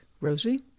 Rosie